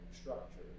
structure